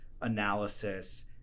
analysis